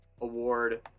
Award